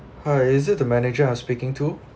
hi is it the manager I'm speaking to